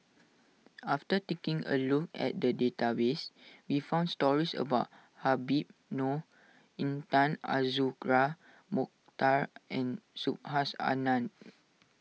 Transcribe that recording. after taking a look at the database we found stories about Habib Noh Intan Azura Mokhtar and Subhas Anandan